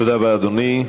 תודה רבה, אדוני.